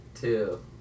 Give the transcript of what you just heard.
two